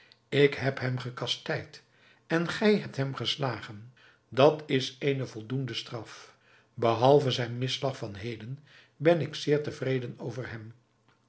ik heb hem gekastijd en gij hebt hem geslagen dat is eene voldoende straf behalve zijn misslag van heden ben ik zeer tevreden over hem